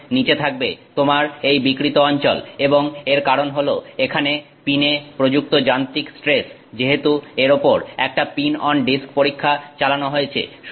এর নিচে থাকবে তোমার এই বিকৃত অঞ্চল এবং এর কারণ হলো এখানে পিনে প্রযুক্ত যান্ত্রিক স্ট্রেস যেহেতু এর ওপর একটা পিন অন ডিস্ক পরীক্ষা চালানো হয়েছে